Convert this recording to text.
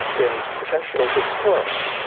in professional discourse